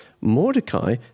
Mordecai